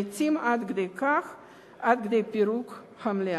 לעתים עד כדי פירוק המשפחה.